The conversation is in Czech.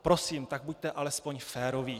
Prosím, tak buďte alespoň féroví.